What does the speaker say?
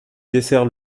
dessert